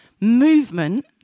Movement